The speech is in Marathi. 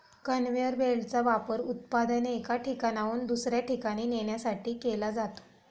कन्व्हेअर बेल्टचा वापर उत्पादने एका ठिकाणाहून दुसऱ्या ठिकाणी नेण्यासाठी केला जातो